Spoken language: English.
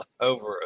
over